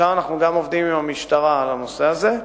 עכשיו אנחנו גם עובדים עם המשטרה על הנושא הזה.